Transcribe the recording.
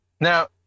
Now